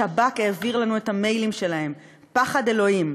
השב"כ העביר לנו את המיילים שלהם, פחד אלוהים.